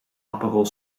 aprerol